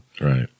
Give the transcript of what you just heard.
Right